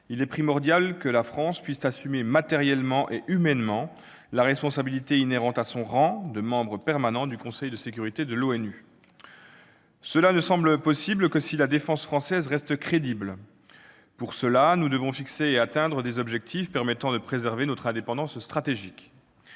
il est primordial que la France puisse assumer matériellement et humainement la responsabilité inhérente à son rang de membre permanent du Conseil de sécurité de l'ONU. Cela ne semble possible que si la défense française reste crédible. Pour cela, nous devons fixer et atteindre des objectifs permettant de préserver notre indépendance stratégique.